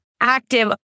active